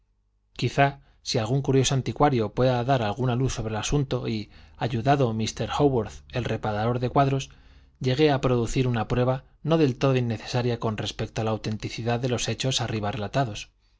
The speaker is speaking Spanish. quizá si algún curioso anticuario pueda dar alguna luz sobre el asunto y ayudado mr hóworth el reparador de cuadros llegue a producir una prueba no del todo innecesaria con respecto a la autenticidad de los hechos arriba relatados